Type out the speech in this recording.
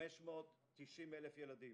590,000 ילדים